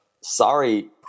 sorry